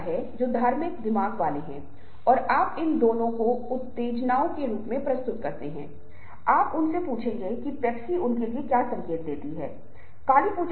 हम उन्हें विस्तार से बताएंगे और हम इसे आगे बढ़ाएंगे बाद में उन्हें विस्तृत तरीके से उठाएंगे लेकिन यह स्पष्ट कर दूँ की सफेद झूठ एक निर्दोष झूठ है